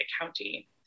County